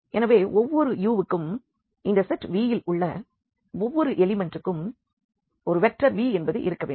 எனவே ஒவ்வொரு u க்கும் இந்த செட் V இல் உள்ள ஒவ்வொரு எலிமண்ட்டுக்கும் ஒரு வெக்டர் V என்பது இருக்க வேண்டும்